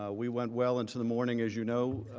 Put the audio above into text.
ah we went well into the morning as you know